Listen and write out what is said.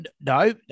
no